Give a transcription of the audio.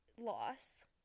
loss